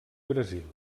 brasil